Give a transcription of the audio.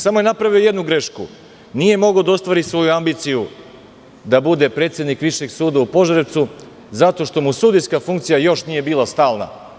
Samo je napravio jednu grešku, nije mogao da ostvari svoju ambiciju da bude predsednik Višeg suda u Požarevcu, zato što mu sudijska funkcija još nije bila stalna.